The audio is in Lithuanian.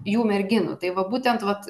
jų merginų tai va būtent vat